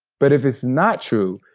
but if it's not true,